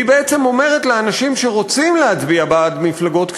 והיא בעצם אומרת לאנשים שרוצים להצביע בעד מפלגות קטנות: